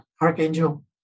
Archangel